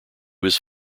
his